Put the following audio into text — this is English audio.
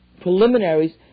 preliminaries